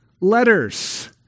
letters